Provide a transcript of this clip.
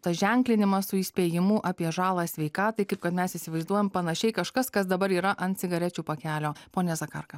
tas ženklinimas su įspėjimu apie žalą sveikatai kaip kad mes įsivaizduojam panašiai kažkas kas dabar yra ant cigarečių pakelio pone zakarka